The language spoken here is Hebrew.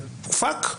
הופק,